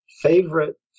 favorite